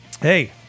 hey